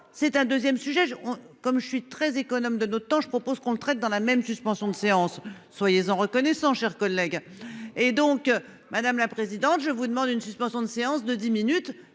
c'est un 2ème sujet on comme je suis très économe de notre temps. Je propose qu'on traite dans la même. Suspension de séance soyez sont reconnaissants, chers collègues. Et donc, madame la présidente, je vous demande une suspension de séance de 10 minutes